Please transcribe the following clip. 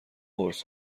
قرص